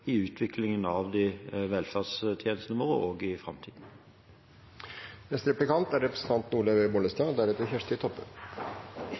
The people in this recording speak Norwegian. i utviklingen av velferdstjenestene våre også i framtiden. Jeg er